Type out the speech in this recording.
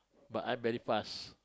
but I very fast